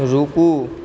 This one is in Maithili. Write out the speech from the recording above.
रुकू